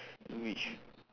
which